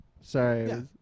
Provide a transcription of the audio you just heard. Sorry